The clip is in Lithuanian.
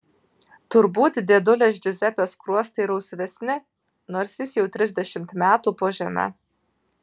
turbūt dėdulės džiuzepės skruostai rausvesni nors jis jau trisdešimt metų po žeme